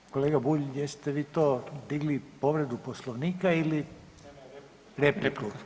Ovaj, kolega Bulj jeste vi to digli povredu Poslovnika ili repliku?